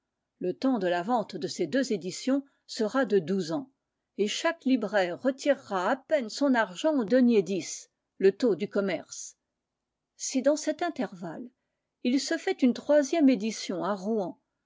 le temps de la vente de ces deux éditions sera de douze ans et chaque libraire retirera à peine son argent au denier dix le taux du commerce si dans cet intervalle il se fait une troisième édition à rouen